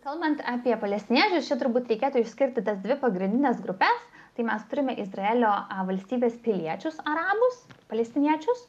kalbant apie palestiniečius čia turbūt reikėtų išskirti tas dvi pagrindines grupes tai mes turime izraelio valstybės piliečius arabus palestiniečius